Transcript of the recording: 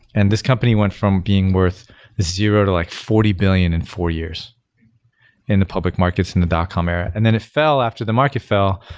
and this company went from being worth zero to like forty billion in four years in the public markets in dot com era. and then it fell after the market fell,